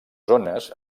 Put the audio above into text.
zones